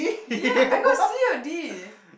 ya I got C or D